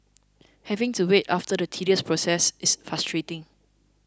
having to wait after the tedious process is frustrating